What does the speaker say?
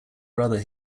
brother